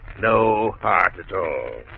no heart at all.